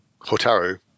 Hotaru